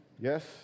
yes